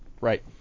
Right